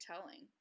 telling